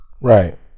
Right